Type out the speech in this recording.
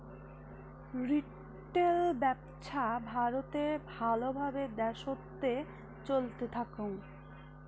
retail ব্যপছা ভারতে ভাল ভাবে দ্যাশোতে চলতে থাকং